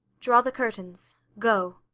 draw the curtains go.